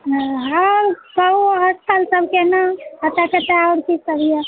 हँ कहू स्थल सबके नाम कतऽ कतऽ की सब यऽ